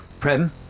Prem